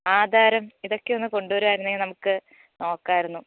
ആധാരം ഇതൊക്കെ ഒന്ന് കൊണ്ട് വരുവായിരുന്നെങ്കിൽ നമുക്ക് നോക്കാമായിരുന്നു